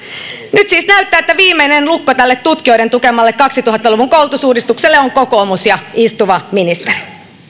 nyt siis näyttää että viimeinen lukko tälle tutkijoiden tukemalle kaksituhatta luvun koulutusuudistukselle on kokoomus ja istuva opetusministeri